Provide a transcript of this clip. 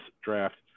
draft